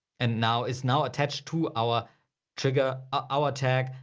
and now it's now attached to our trigger, our tag.